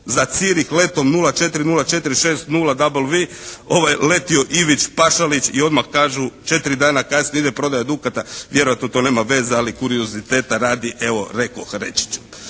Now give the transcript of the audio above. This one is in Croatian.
za Zürich letom 040460W letio Ivić Pašalić i odmah kažu četiri dana kasnije ide prodaja "Dukata". Vjerojatno to nema veze, ali kurioziteta radi evo rekoh reći